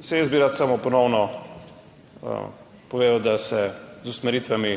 Saj jaz bi rad samo ponovno povedal, da se z usmeritvami,